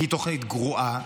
כי היא תוכנית גרועה.